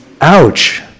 ouch